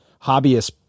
hobbyists